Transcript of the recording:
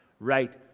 Right